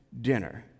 dinner